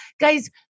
Guys